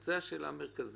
זו השאלה המרכזית.